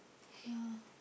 ya